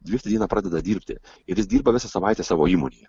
dvyliktą dieną pradeda dirbti ir jis dirba visą savaitę savo įmonėje